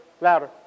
Louder